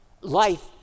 life